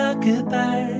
Goodbye